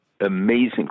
amazing